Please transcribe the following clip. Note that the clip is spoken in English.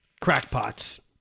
crackpots